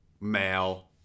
male